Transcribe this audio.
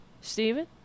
Stephen